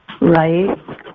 Right